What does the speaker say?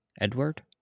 Edward